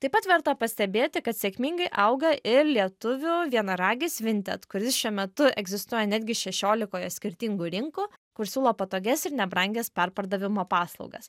taip pat verta pastebėti kad sėkmingai auga ir lietuvių vienaragis vinted kuris šiuo metu egzistuoja netgi šešiolikoje skirtingų rinkų kur siūlo patogias ir nebrangias perpardavimo paslaugas